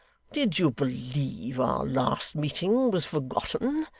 did you believe our last meeting was forgotten?